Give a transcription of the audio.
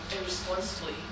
irresponsibly